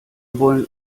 wollen